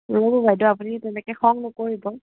ৰ'ব বাইদেউ আপুনি তেনেকে খং নকৰিব